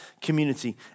community